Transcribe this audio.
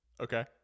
okay